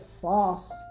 false